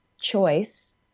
choice